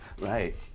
Right